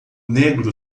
negro